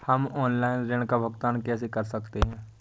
हम ऑनलाइन ऋण का भुगतान कैसे कर सकते हैं?